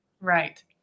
Right